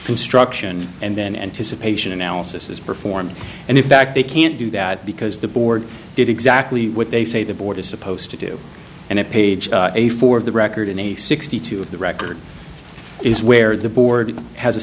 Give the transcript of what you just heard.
construction and then anticipation analysis is performed and in fact they can't do that because the board did exactly what they say the board is supposed to do and at page a for the record in a sixty two of the record is where the board has a